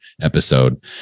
episode